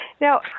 Now